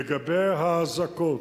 לגבי האזעקות.